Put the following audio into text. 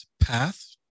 Path